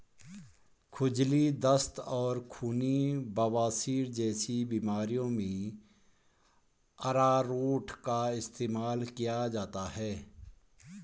खुजली, दस्त और खूनी बवासीर जैसी बीमारियों में अरारोट का इस्तेमाल किया जाता है